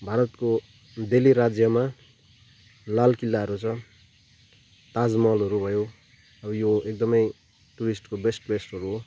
भारतको दिल्ली राज्यमा लाल किल्लाहरू छ ताज महलहरू भयो अब यो एकदमै टुरिस्टको बेस्ट प्लेस्टहरू हो